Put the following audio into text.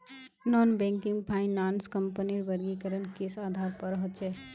Non banking finance कंपनीर वर्गीकरण किस आधार पर होचे?